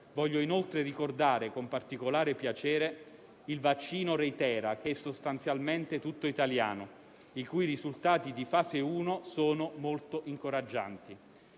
Voglio inoltre ricordare con particolare piacere il vaccino Reithera che è sostanzialmente tutto italiano e i cui risultati di fase 1 sono molto incoraggianti.